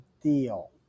deal